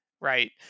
right